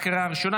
לקריאה הראשונה.